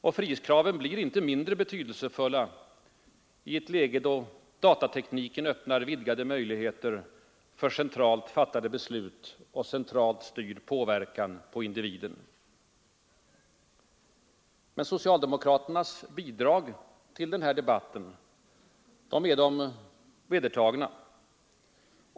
Och frihetskraven blir sannerligen inte mindre betydelsefulla i ett läge då datatekniken öppnar vidgade möjligheter för centralt fattade beslut och centralt styrd påverkan av individen. Men socialdemokratins bidrag till den här debatten är de vedertagna.